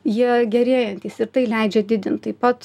jie gerėjantys ir tai leidžia didint taip pat